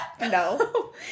No